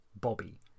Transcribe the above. Bobby